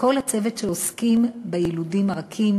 לכל הצוות שעוסק ביילודים הרכים,